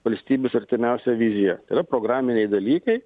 valstybės artimiausia vizija yra programiniai dalykai